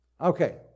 Okay